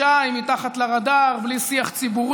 הייתי מנהלת שלו.